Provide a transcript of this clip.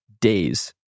days